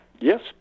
Yes